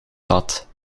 vat